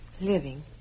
living